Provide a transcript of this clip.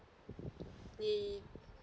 ya